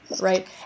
Right